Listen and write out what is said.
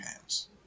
games